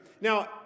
Now